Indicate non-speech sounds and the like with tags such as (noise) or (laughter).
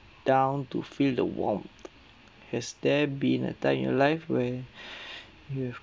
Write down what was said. down to feel the warmth has there been a time in your life where (breath) you've